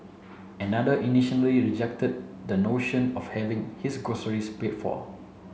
another initially rejected the notion of having his groceries paid for